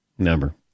number